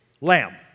lamb